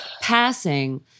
passing